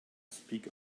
speak